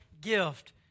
gift